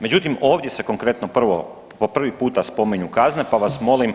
Međutim, ovdje se konkretno prvo po prvi puta spominju kazne pa vas molim